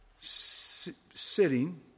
sitting